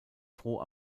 pro